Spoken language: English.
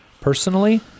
personally